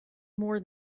more